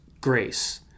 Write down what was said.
grace